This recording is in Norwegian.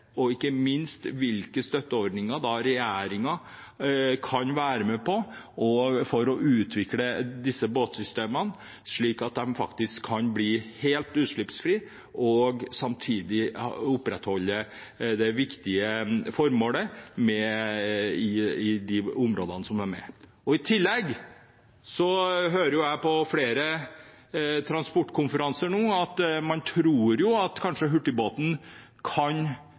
ikke minst i hvilke støtteordninger regjeringen kan være med på for å utvikle disse båtsystemene slik at de kan bli helt utslippsfrie og samtidig oppfylle det viktige formålet i områdene der de er. I tillegg hører jeg på flere transportkonferanser nå at man tror at hurtigbåten kanskje kan